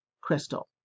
crystal